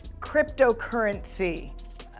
cryptocurrency